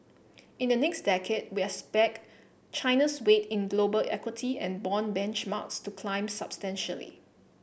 in the next decade we expect China's weight in global equity and bond benchmarks to climb substantially